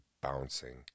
bouncing